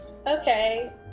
Okay